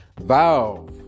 Valve